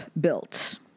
built